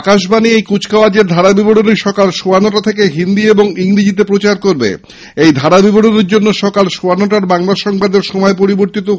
আকাশবাণী এই কুচকাওয়াজের ধারাবিবরণী সকাল সোয়া নটা থেকে হিন্দি ও ইংরাজীতে প্রচার করবে এই ধারাবিবরণী জন্য সকাল সোয়া নটার বাংলা সংবাদের সময়পরিবর্তিত হয়েছে